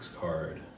card